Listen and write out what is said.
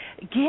Get